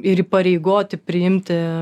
ir įpareigoti priimti